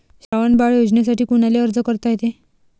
श्रावण बाळ योजनेसाठी कुनाले अर्ज करता येते?